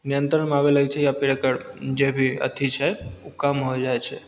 नियन्त्रणमे आबय लागय छै या फेर एकर जे भी अथी छै उ कम हो जाइ छै